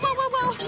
whoa.